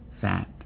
fat